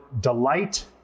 delight